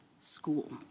school